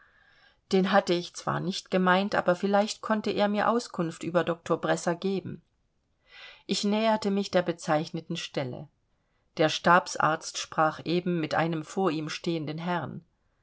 den hatte ich zwar nicht gemeint aber vielleicht konnte er mir auskunft über doktor bresser geben ich näherte mich der bezeichneten stelle der stabsarzt sprach eben mit einem vor ihm stehenden herrn